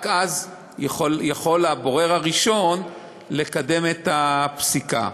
רק אז יכול הבורר הראשון לקדם את הפסיקה.